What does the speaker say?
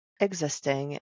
existing